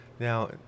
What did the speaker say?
Now